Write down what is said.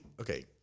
okay